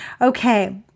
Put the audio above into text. Okay